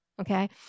okay